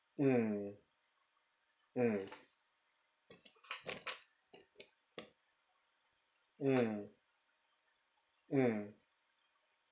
mm mm mm mm